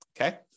okay